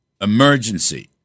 emergency